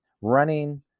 running